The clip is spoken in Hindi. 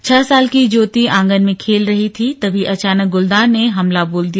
छह साल की ज्योति आंगन में खेल रही थी तभी अचानक गुलदार ने हमला बोल दिया